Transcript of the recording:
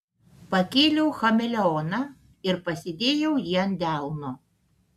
pakėliau chameleoną ir pasidėjau jį ant delno